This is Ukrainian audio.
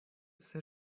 все